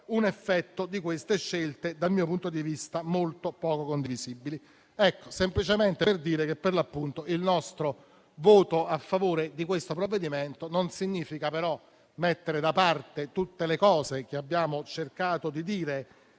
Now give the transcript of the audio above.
un effetto di queste scelte dal mio punto di vista molto poco condivisibili. Vorrei semplicemente dire che il nostro voto a favore del provvedimento in esame non significa però mettere da parte tutto ciò che abbiamo cercato di dire